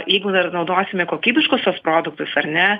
jeigu dar naudosime kokybiškus tuos produktus ar ne